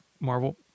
Marvel